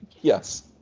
Yes